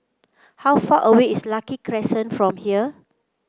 how far away is Lucky Crescent from here